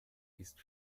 ist